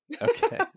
okay